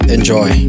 Enjoy